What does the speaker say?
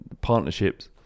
partnerships